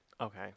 Okay